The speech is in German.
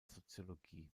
soziologie